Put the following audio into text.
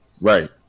Right